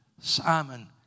Simon